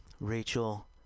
Rachel